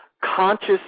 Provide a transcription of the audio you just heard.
conscious